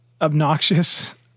obnoxious